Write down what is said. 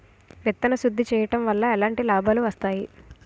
విత్తన శుద్ధి చేయడం వల్ల ఎలాంటి లాభాలు వస్తాయి?